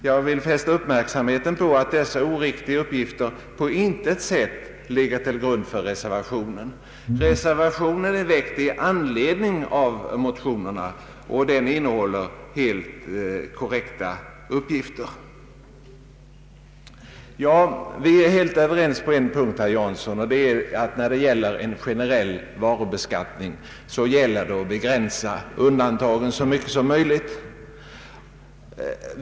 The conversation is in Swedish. Jag vill fästa uppmärksamheten på att dessa oriktiga uppgifter på intet sätt ligger till grund för reservationen. Den innehåller heli korrekta uppgifter. Vi är helt överens på en punkt, herr Jansson, nämligen att när det gäller en generell varubeskattining bör man begränsa undantagen så mycket som möjligt.